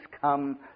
come